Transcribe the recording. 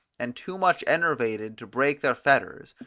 and too much enervated to break their fetters,